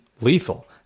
lethal